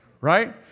right